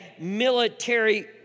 military